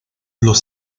los